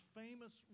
famous